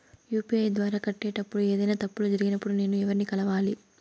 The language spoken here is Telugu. యు.పి.ఐ ద్వారా కట్టేటప్పుడు ఏదైనా తప్పులు జరిగినప్పుడు నేను ఎవర్ని కలవాలి?